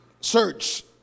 search